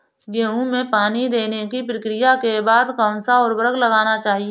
गेहूँ में पानी देने की प्रक्रिया के बाद कौन सा उर्वरक लगाना चाहिए?